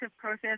process